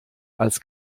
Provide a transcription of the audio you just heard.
als